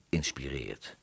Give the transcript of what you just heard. inspireert